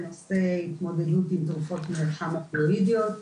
להתמודדות עם תרופות מרשם אופאידיות.